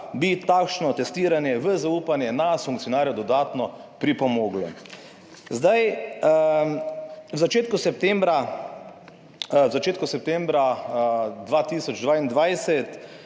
bi takšno testiranje v zaupanje na funkcionarja dodatno pripomoglo. Zdaj v začetku septembra,